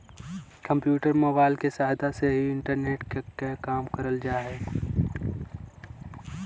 computer, mobile के सहायता से ही इंटरनेट के काम करल जा हय